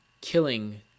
killing